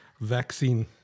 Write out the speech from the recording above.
vaccine